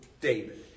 David